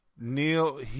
Neil